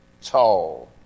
tall